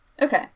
Okay